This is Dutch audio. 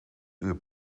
uur